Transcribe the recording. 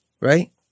right